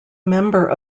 member